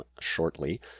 shortly